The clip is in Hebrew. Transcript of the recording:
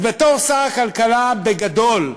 אז בתור שר הכלכלה, בגדול,